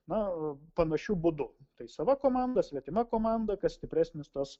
na panašiu būdu sava komanda svetima komanda kas stipresnis tas